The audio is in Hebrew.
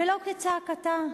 ולא כצעקתה.